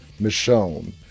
Michonne